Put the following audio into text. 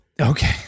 Okay